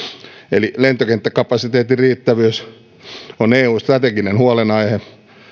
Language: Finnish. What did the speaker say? eli lentokenttäkapasiteetin riittävyys on eun strateginen huolenaihe